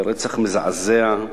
ברצח מזעזע.